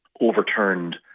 overturned